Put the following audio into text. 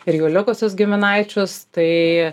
ir jų likusius giminaičius tai